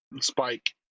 spike